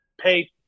pay